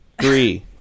Three